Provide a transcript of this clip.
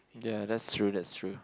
ya that's true that's true